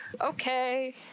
Okay